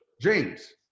James